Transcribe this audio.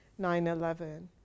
9-11